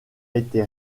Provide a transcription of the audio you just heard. été